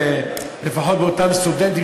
ולפחות לאותם סטודנטים,